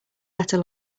better